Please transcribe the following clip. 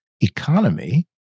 economy